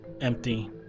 empty